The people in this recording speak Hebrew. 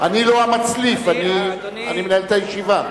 אני לא המצליף, אני מנהל את הישיבה.